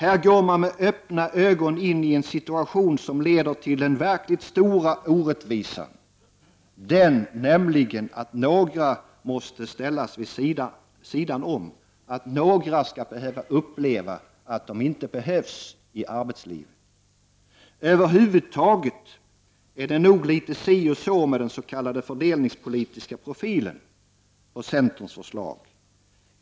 Här går man med öppna ögon in i en situation som leder till den verkligt stora orättvisan — den nämligen att några måste ställas vid sidan om, behöva känna att man inte längre behövs i arbetslivet. Över huvud taget är det nog litet si och så med den s.k. fördelningspolitiska profilen på centerns förslag.